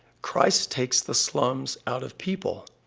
christ takes the slums out of people,